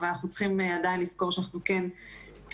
אבל אנחנו צריכים עדיין לזכור שאנחנו כן בסגר,